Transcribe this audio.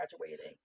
graduating